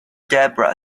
debra